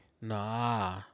Nah